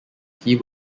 key